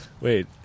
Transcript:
Wait